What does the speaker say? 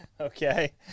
Okay